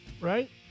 Right